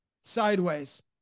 sideways